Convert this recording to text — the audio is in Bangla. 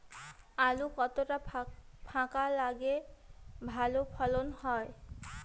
আলু কতটা ফাঁকা লাগে ভালো ফলন হয়?